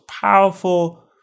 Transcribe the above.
powerful